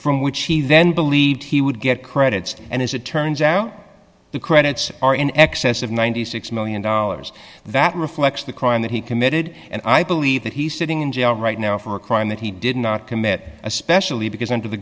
from which he then believed he would get credits and as it turns out the credits are in excess of ninety six million dollars that reflects the crime that he committed and i believe that he's sitting in jail right now for a crime that he did not commit especially because under the